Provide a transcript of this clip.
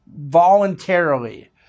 voluntarily